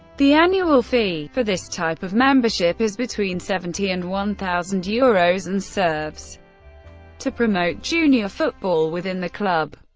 the annual fee for this type of membership is between seventy and one thousand euros and serves to promote junior football within the club.